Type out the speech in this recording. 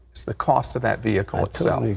it's the cost of that vehicle itself.